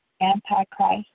antichrist